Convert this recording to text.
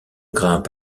grimpe